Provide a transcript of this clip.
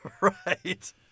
right